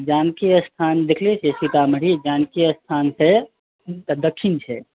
जानकी स्थान देखले छियै सीतामढ़ी जानकी स्थान सऽ दक्षिण छै